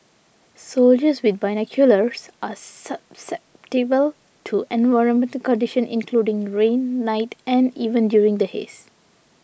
soldiers with binoculars are susceptible to environmental conditions including rain night and even during the haze